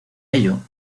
ello